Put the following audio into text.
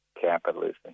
capitalism